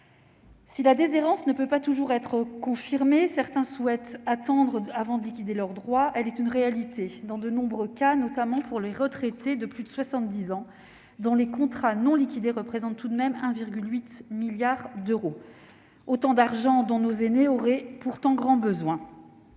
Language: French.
Si la déshérence ne peut pas toujours être confirmée, certains bénéficiaires souhaitant attendre avant de liquider leurs droits, elle est une réalité dans de nombreux cas, notamment pour les retraités de plus de 70 ans, dont l'encours des contrats non liquidés représente tout de même 1,8 milliard d'euros. Autant d'argent dont nos aînés auraient pourtant grand besoin